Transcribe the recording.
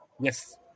Yes